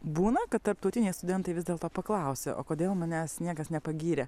būna kad tarptautiniai studentai vis dėlto paklausia o kodėl manęs niekas nepagyrė